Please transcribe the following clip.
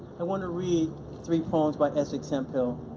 i want to read three poems by essex hemphill.